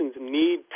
need